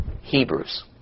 Hebrews